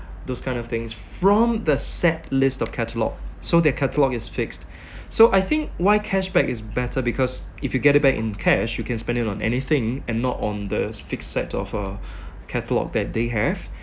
those kind of things from the set list of catalogue so their catalogue is fixed so I think why cashback is better because if you get it back in cash you can spend it on anything and not on the fixed set of uh catalogue that they have